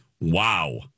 wow